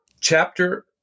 chapter